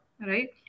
Right